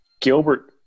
Gilbert